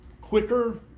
quicker